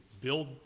build